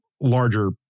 larger